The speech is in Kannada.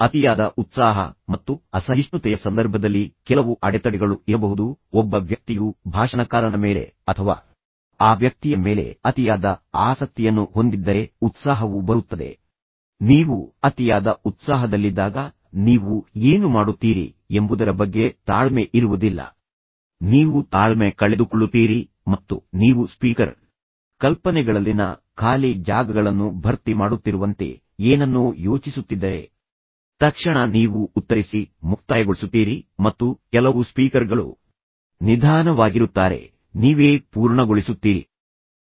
ಅತಿಯಾದ ಉತ್ಸಾಹ ಮತ್ತು ಅಸಹಿಷ್ಣುತೆಯ ಸಂದರ್ಭದಲ್ಲಿ ಕೆಲವು ಅಡೆತಡೆಗಳು ಇರಬಹುದು ಒಬ್ಬ ವ್ಯಕ್ತಿಯು ಭಾಷಣಕಾರನ ಮೇಲೆ ಅಥವಾ ಆ ವ್ಯಕ್ತಿಯ ಮೇಲೆ ಅತಿಯಾದ ಆಸಕ್ತಿಯನ್ನು ಹೊಂದಿದ್ದರೆ ಉತ್ಸಾಹವು ಬರುತ್ತದೆ ನೀವು ಅತಿಯಾದ ಉತ್ಸಾಹದಲ್ಲಿದ್ದಾಗ ನೀವು ಏನು ಮಾಡುತ್ತೀರಿ ಎಂಬುದರ ಬಗ್ಗೆ ತಾಳ್ಮೆ ಇರುವುದಿಲ್ಲ ನೀವು ತಾಳ್ಮೆ ಕಳೆದುಕೊಳ್ಳುತ್ತೀರಿ ಮತ್ತು ನೀವು ಸ್ಪೀಕರ್ ಕಲ್ಪನೆಗಳಲ್ಲಿನ ಖಾಲಿ ಜಾಗಗಳನ್ನು ಭರ್ತಿ ಮಾಡುತ್ತಿರುವಂತೆ ಏನನ್ನೋ ಯೋಚಿಸುತ್ತಿದ್ದರೆ ತಕ್ಷಣ ನೀವು ಉತ್ತರಿಸಿ ಮುಕ್ತಾಯಗೊಳಿಸುತ್ತೀರಿ ಮತ್ತು ಕೆಲವು ಸ್ಪೀಕರ್ಗಳು ನಿಧಾನವಾಗಿರುತ್ತಾರೆ ಅಂದರೆ ವಿಮರ್ಶೆಗಳಿಂದ ಹೊರಬರಲು ನಿಧಾನವಾಗಿರುತ್ತಾರೆ ಆದರೆ ನೀವು ಅವುಗಳನ್ನು ಪೂರ್ಣಗೊಳಿಸಲು ಬಿಡುವುದಿಲ್ಲ ನೀವು ಜಿಗಿದು ನಂತರ ನೀವೇ ಪೂರ್ಣಗೊಳಿಸುತ್ತೀರಿ